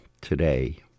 today